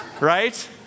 Right